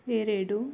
ಎರಡು